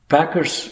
Packers